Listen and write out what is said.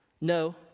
No